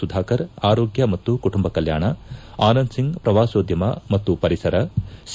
ಸುಧಾಕರ್ ಆರೋಗ್ಯ ಮತ್ತು ಕುಟುಂಬ ಕಲ್ಕಾಣ ಆನಂದ್ ಸಿಂಗ್ ಪ್ರವಾಸೋದ್ಯಮ ಮತ್ತು ಪರಿಸರ ಸಿ